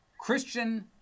Christian